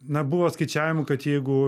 na buvo skaičiavimų kad jeigu